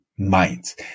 minds